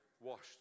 washed